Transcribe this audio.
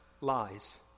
lies